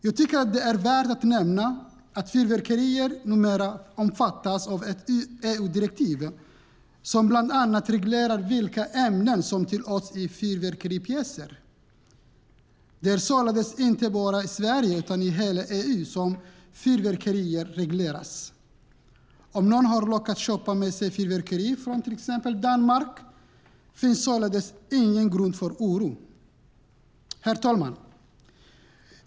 Jag tycker att det är värt att nämna att fyrverkerier numera omfattas av ett EU-direktiv som bland annat reglerar vilka ämnen som tillåts i fyrverkeripjäser. Det är således inte bara i Sverige utan i hela EU som fyrverkerier regleras. Om någon har råkat köpa med sig fyrverkeri från till exempel Danmark finns således ingen grund för oro. Herr talman!